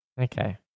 Okay